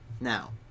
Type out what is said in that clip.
Now